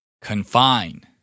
Confine